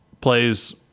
plays